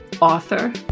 author